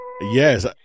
Yes